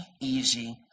easy